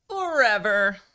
forever